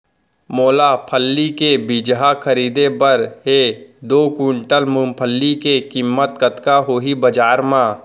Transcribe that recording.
मोला फल्ली के बीजहा खरीदे बर हे दो कुंटल मूंगफली के किम्मत कतका होही बजार म?